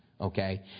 okay